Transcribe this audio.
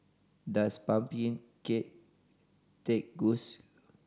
does pumpkin cake taste good